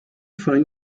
find